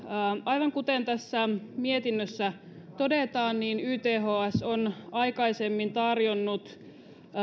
aivan kuten tässä mietinnössä todetaan yths on aikaisemmin tarjonnut